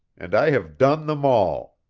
and i have done them all.